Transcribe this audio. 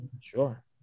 Sure